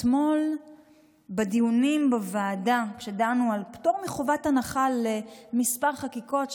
אתמול בדיונים בוועדה כשדנו על פטור מחובת הנחה לכמה חקיקות,